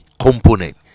component